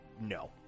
no